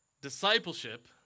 discipleship